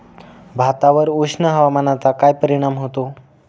भातावर उष्ण हवामानाचा काय परिणाम होतो?